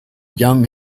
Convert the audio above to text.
young